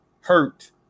hurt